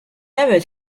errors